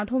धो